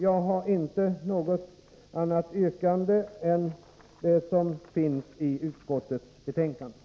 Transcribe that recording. Jag har inte något annat yrkande än det som finns i utskottets betänkande.